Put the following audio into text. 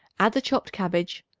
add the chopped cabbage,